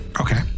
Okay